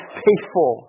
faithful